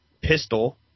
pistol